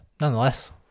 nonetheless